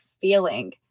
feeling